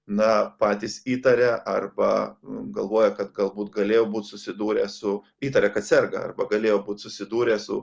na patys įtaria arba galvoja kad galbūt galėjo būt susidūrę su įtaria kad serga arba galėjo būt susidūrę su